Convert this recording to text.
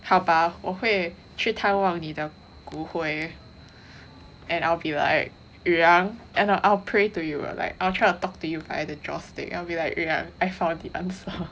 好吧我会去探望你的骨灰 and I'll be like yu yang and I'll pray to you like I will try to talk to you by the joss stick I will be like yu yang I found the answer